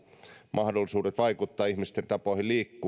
mahdollisuudet vaikuttaa ihmisten tapoihin liikkua